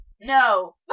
No